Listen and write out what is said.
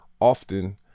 Often